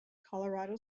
colorado